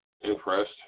impressed